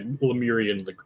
Lemurian